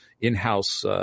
in-house